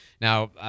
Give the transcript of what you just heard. Now